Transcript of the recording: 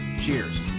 cheers